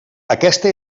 aquesta